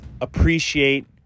appreciate